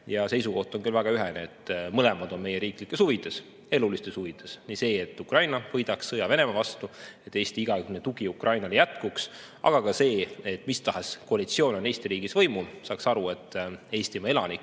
ja seisukoht on küll väga ühene, et mõlemad on meie riiklikes huvides, elulistes huvides: nii see, et Ukraina võidaks sõja Venemaa vastu ja Eesti igakülgne tugi Ukrainale jätkuks, kui ka see, et mis tahes koalitsioon, mis on Eesti riigis võimul, saaks aru, et Eestimaa elanike